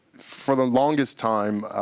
for the longest time,